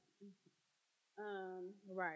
Right